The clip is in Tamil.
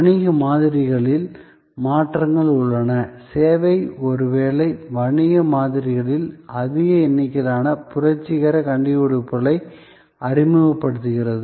வணிக மாதிரிகளில் மாற்றங்கள் உள்ளன சேவை ஒருவேளை வணிக மாதிரிகளில் அதிக எண்ணிக்கையிலான புரட்சிகர கண்டுபிடிப்புகளை அறிமுகப்படுத்துகிறது